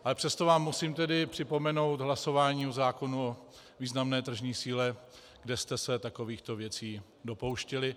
Ale přesto vám musím připomenout hlasování o zákonu o významné tržní síle, kde jste se takovýchto věcí dopouštěli.